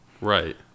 Right